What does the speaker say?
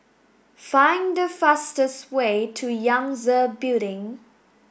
find the fastest way to Yangtze Building